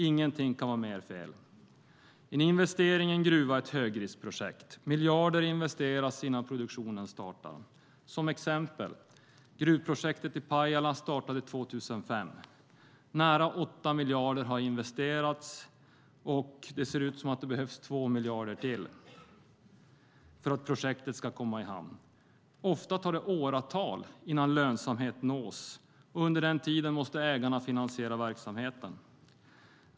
Ingenting kan vara mer fel. En investering i en gruva är ett högriskprojekt. Miljarder investeras innan produktionen startar. Som exempel kan nämnas att gruvprojektet i Pajala startade 2005. Nära 8 miljarder har investerats, och det ser ut som att det behövs 2 miljarder till för att projektet ska komma i hamn. Ofta tar det åratal innan lönsamhet nås, och under den tiden måste ägarna finansiera verksamheten.